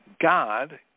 God